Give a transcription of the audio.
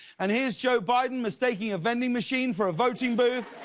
and here's joe biden, mistaking a vending machine for a voting booth.